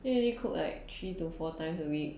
only cook like three to four times a week